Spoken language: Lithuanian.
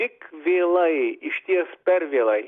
tik vėlai išties per vėlai